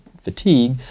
fatigue